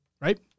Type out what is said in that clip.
right